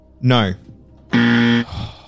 No